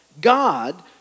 God